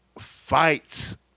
fights